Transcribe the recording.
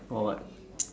or like